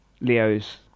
Leo's